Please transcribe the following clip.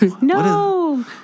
No